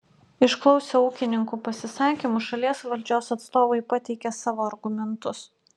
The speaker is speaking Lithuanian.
išklausę ūkininkų pasisakymų šalies valdžios atstovai pateikė savo argumentus